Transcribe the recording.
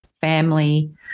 family